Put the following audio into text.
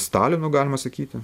stalino galima sakyti